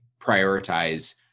prioritize